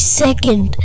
second